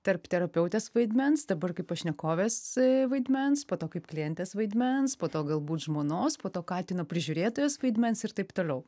tarp terapeutės vaidmens dabar kaip pašnekovės vaidmens po to kaip klientės vaidmens po to galbūt žmonos po to katino prižiūrėtojos vaidmens ir taip toliau